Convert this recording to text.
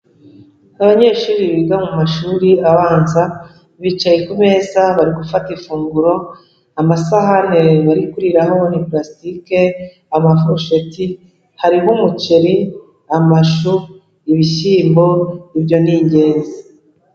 Abanyeshuri biga mu mashuri abanza bicaye ku meza bari gufata ifunguro, amasahani bari kuriraho ni parasitike, amafurusheti, hariho umuceri, amashu, ibishyimbo, ibyo ni ingenzi.